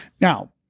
Now